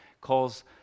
calls